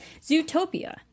Zootopia